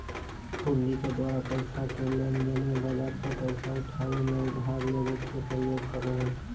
हुंडी के द्वारा पैसा के लेनदेन मे, बाजार से पैसा उठाबे मे, उधार लेबे मे प्रयोग करो हलय